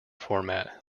format